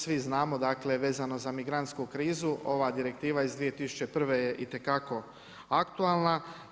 Svi znamo, dakle vezano za migrantsku krizu ova Direktiva iz 2001. je itekako aktualna.